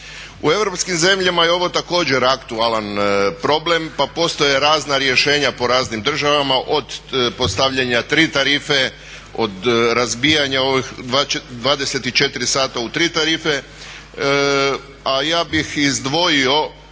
U europskim zemljama je ovo također aktualan problem pa postoje razna rješenja po raznim državama od postavljanja tri tarife, od razbijanja 24 sata u tri tarife, a ja bih izdvojio